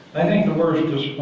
i think the worst